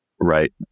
Right